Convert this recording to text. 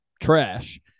trash